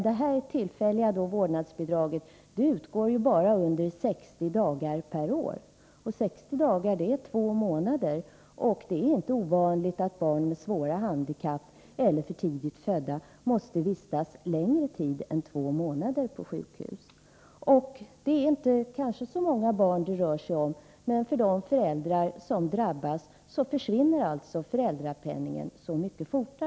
Det tillfälliga vårdnadsbidraget utgår bara under 60 dagar, dvs. två månader, per år. Det är inte ovanligt att barn som har svåra handikapp eller som är för tidigt födda måste vistas längre tid än två månader på sjukhus. Det är kanske inte så många barn det rör sig om, men för de föräldrar som drabbas upphör föräldrapenningen alltför tidigt.